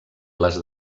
les